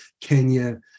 Kenya